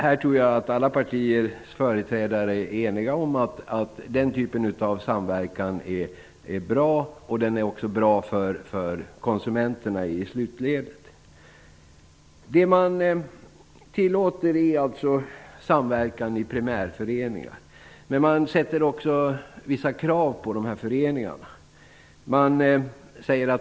Jag tror att alla partiers företrädare är eniga om att den typen av samverkan är bra och att den i slutledet också är bra för konsumenterna. Det som tillåts är alltså samverkan i primärföreningar, men det ställs också vissa krav på föreningarna.